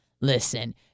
Listen